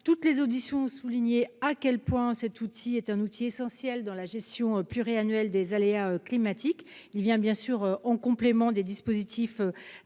toutes les auditions ont souligné à quel point elle est un outil essentiel dans la gestion pluriannuelle des aléas climatiques. Elle vient en complément des dispositifs